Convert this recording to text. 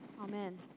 Amen